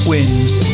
Winds